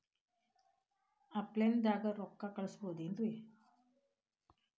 Offline ದಾಗ ರೊಕ್ಕ ಕಳಸಬಹುದೇನ್ರಿ?